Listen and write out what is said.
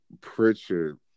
Pritchard